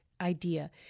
idea